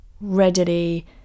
readily